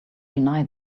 deny